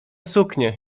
suknie